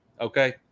Okay